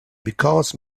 because